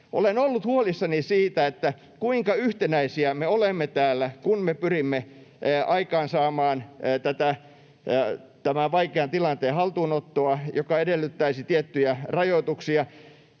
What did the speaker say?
Olen ollut huolissani siitä, kuinka yhtenäisiä me olemme täällä, kun me pyrimme aikaansaamaan tämän vaikean tilanteen haltuunottoa, joka edellyttäisi tiettyjä rajoituksia.